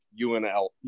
UNL